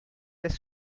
des